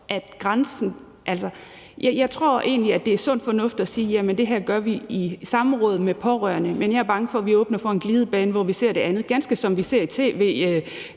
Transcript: Jeg tror egentlig, at det er sund fornuft at sige: Jamen det her gør vi i samråd med pårørende. Men jeg er bange for, at vi åbner for en glidebane, hvor vi ser det andet, ganske som vi ser i tv,